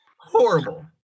Horrible